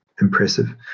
impressive